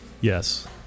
Yes